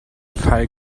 fall